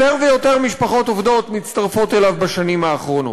יותר ויותר משפחות מצטרפות אליו בשנים האחרונות.